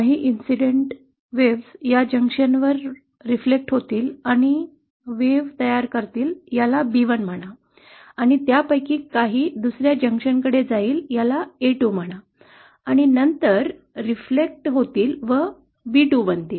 काही आनुषंगिक लहरी या जंक्शनवरून प्रतिबिंबित होतील आणि लाट तयार करतील याला बी1 म्हणा आणि त्यांपैकी काही दुसर्या जंक्शन कडे जाईल याला a2 म्हणा आणि नंतर प्रतिबिंबित होतील व b2 बनतील